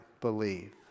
believe